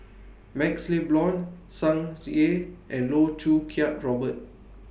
MaxLe Blond Tsung Yeh and Loh Choo Kiat Robert